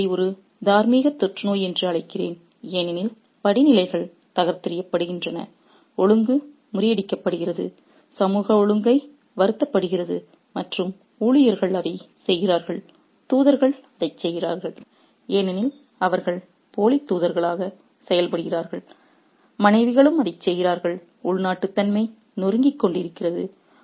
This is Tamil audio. நான் இதை ஒரு தார்மீக தொற்றுநோய் என்று அழைக்கிறேன் ஏனெனில் படிநிலைகள் தகர்த்தெறியப்படுகின்றன ஒழுங்கு முறியடிக்கப்படுகிறது சமூக ஒழுங்கை வருத்தப்படுத்துகிறது மற்றும் ஊழியர்கள் அதைச் செய்கிறார்கள் தூதர்கள் அதைச் செய்கிறார்கள் ஏனெனில் அவர்கள் போலி தூதர்களாக செயல்படுகிறார்கள் மனைவிகளும் அதைச் செய்கிறார்கள் உள்நாட்டுத்தன்மை நொறுங்கிக்கொண்டிருக்கிறது